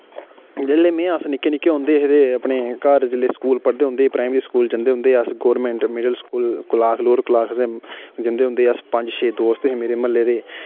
जेल्लै में अस निक्के निक्के होंदे हे ते अपने घर जेल्लै स्कूल पढ़दे हुंदे हे प्राइमरी स्कूल जंदे हुंदे हे अस गोरमेंट मिडल स्कूल क्लास क्लूस असें जंदे होंदे हे अस पंज छे दोस्त हे मेरे म्हल्ले दे